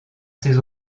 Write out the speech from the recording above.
ses